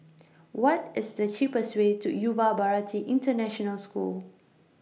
What IS The cheapest Way to Yuva Bharati International School